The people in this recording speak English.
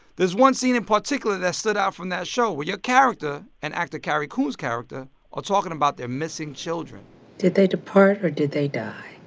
there's one scene in particular that stood out from that show where your character and actor carrie coon's character are talking about their missing children did they depart, or did they die?